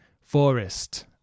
forest